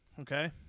Okay